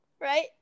Right